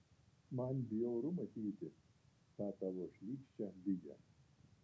man bjauru matyti tą tavo šlykščią bigę